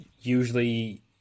usually